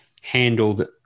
handled